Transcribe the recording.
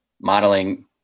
modeling